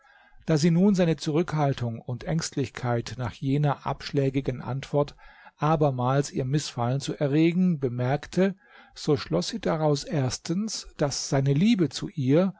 da sie nun seine zurückhaltung und ängstlichkeit nach jener abschlägigen antwort abermals ihr mißfallen zu erregen bemerkte so schloß sie daraus erstens daß seine liebe zu ihr